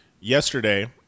yesterday